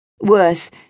Worse